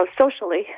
socially